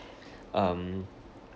um